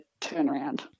turnaround